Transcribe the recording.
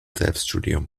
selbststudium